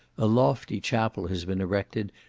a lofty chapel has been erected,